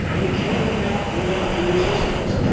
you can't mount ah mount a resistance.